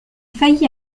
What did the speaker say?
faillit